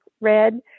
red